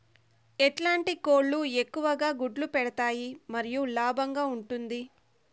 ఎట్లాంటి కోళ్ళు ఎక్కువగా గుడ్లు పెడతాయి మరియు లాభంగా ఉంటుంది?